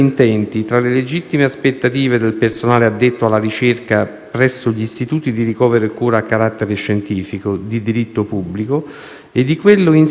presso gli istituti di ricovero e cura a carattere scientifico (IRCCS) di diritto pubblico e di quelli in servizio presso gli istituti zooprofilattici sperimentali